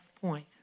point